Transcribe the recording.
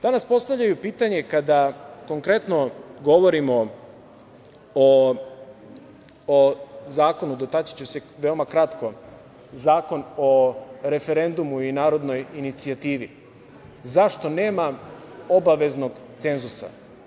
Danas postavljaju pitanje, kada konkretno govorimo, dotaći ću se veoma kratko, o Zakonu o referendumu i narodnoj inicijativi, zašto nema obaveznog cenzusa?